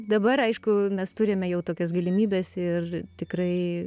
dabar aišku mes turime jau tokias galimybes ir tikrai